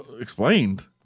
Explained